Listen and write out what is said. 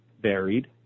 varied